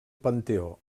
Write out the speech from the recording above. panteó